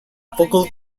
pukul